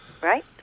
right